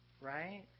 right